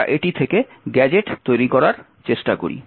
আমরা এটি থেকে গ্যাজেট তৈরি করার চেষ্টা করি